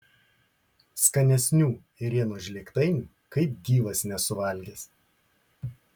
skanesnių ėrienos žlėgtainių kaip gyvas nesu valgęs